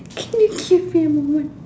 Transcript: can you give me a moment